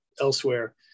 elsewhere